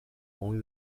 only